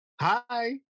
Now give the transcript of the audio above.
Hi